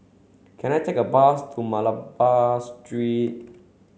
can I take a bus to Malabar Street